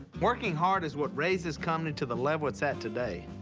working hard is what raised this company to the level it's at today.